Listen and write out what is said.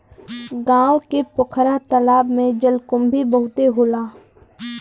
गांव के पोखरा तालाब में जलकुंभी बहुते होला